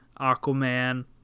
Aquaman